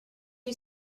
you